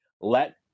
Let